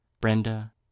Brenda